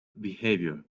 behavior